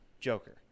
Joker